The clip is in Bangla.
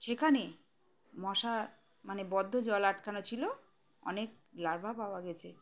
সেখানে মশা মানে বদ্ধ জল আটকানো ছিল অনেক লার্ভা পাওয়া গেছে